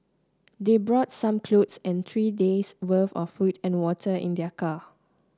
they brought some clothes and three days' worth of food and water in their car